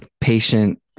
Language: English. patient